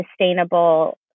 sustainable